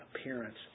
appearance